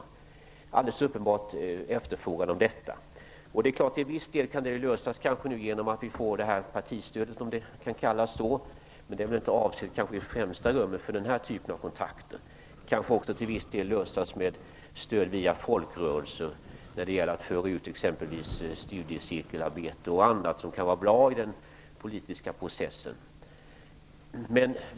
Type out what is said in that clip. Det finns alldeles uppenbart en sådan efterfrågan. Till viss del kanske detta kan lösas genom partistödet, om det kan kallas så, men det är väl inte i främsta rummet avsett för den typen av kontakter. Kanske kan det ordnas genom stöd via folkrörelserna, exempelvis när det gäller att föra ut studiecirkelarbete och annat som kan vara bra i den politiska processen.